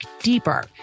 deeper